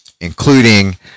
including